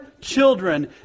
children